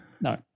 No